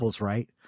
right